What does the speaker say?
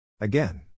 Again